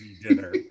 dinner